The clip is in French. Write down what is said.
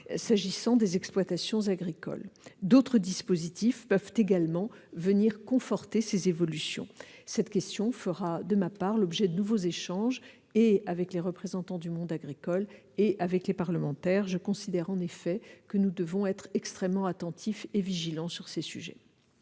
s'agissant des exploitations agricoles. D'autres dispositifs peuvent venir conforter ces évolutions. Cette question fera, de ma part, l'objet de nouveaux échanges avec les représentants du monde agricole et avec les parlementaires. En effet, nous devons être extrêmement attentifs et vigilants face à ces sujets.